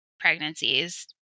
Pregnancies